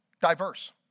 diverse